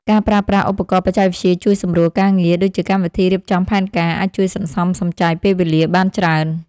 ការប្រើប្រាស់ឧបករណ៍បច្ចេកវិទ្យាជួយសម្រួលការងារ ដូចជាកម្មវិធីរៀបចំផែនការ អាចជួយសន្សំសំចៃពេលវេលាបានច្រើន។